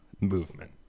movement